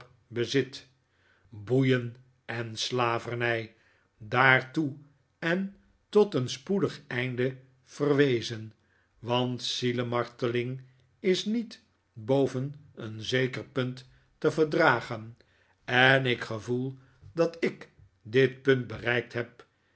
bezit boeien en slavernij daartoe en tot een spoedig einde verwezen want zielemarteling is niet boven een zeker punt te verdragen en ik gevoel dat ik dit punt bereikt heb